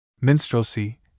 Minstrelsy